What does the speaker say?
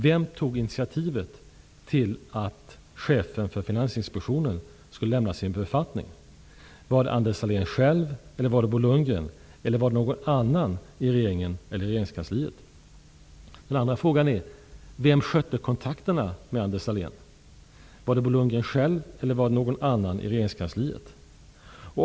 Vem tog initiativet till att chefen för Finansinspektionen skulle lämna sin befattning? Var det Anders Sahlén själv, Bo Lundgren eller någon annan i regeringen eller regeringskansliet? Vem skötte kontakterna med Anders Sahlén? Var det Bo Lundgren själv eller var det någon annan i regeringskansliet?